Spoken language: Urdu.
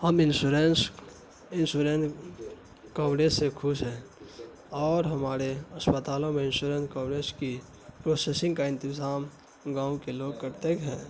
ہم انشورینس کوڑیج سے خوش ہیں اور ہماڑے اسپتالوں میں انشورینس کوڑیج کی پروسیسنگ کا انتظام گاؤں کے لوگ کرتے ہیں